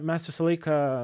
mes visą laiką